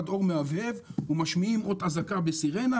אור מהבהב ומשמיע אות אזעקה בסירנה.